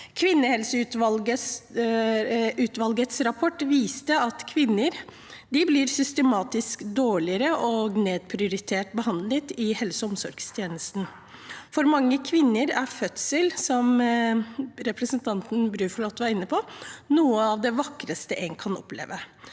Kvinnehelseutvalgets rapport viste at kvinner blir systematisk nedprioritert og dårligere behandlet i helseog omsorgstjenesten. For mange kvinner er fødsel, som representanten Bruflot var inne på, noe av det vakreste en kan oppleve,